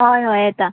हय हय येता